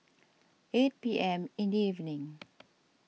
eight P M in the evening